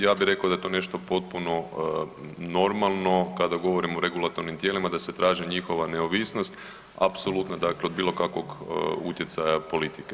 Ja bi rekao da je to nešto potpuno normalno kada govorimo o regulatornim tijelima da se traži njihova neovisnost apsolutno dakle od bilo kakvog utjecaja politike.